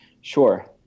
Sure